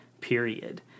period